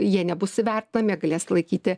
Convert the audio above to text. jie nebus įvertinami jie galės laikyti